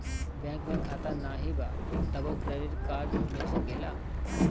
Bank में खाता नाही बा तबो क्रेडिट कार्ड मिल सकेला?